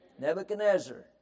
Nebuchadnezzar